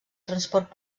transport